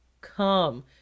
Come